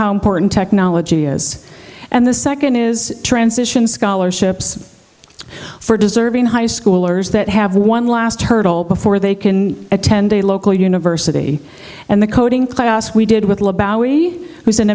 how important technology is and the second it is transition scholarships for deserving high schoolers that have one last hurdle before they can attend a local university and the coding class we did wit